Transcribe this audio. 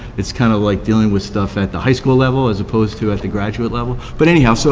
it's kind of like dealing with stuff at the high school level as opposed to at the graduate level. but anyhow, so